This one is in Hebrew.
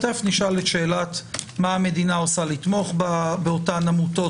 תכף נשאל מה המדינה עושה לתמוך באותן עמותות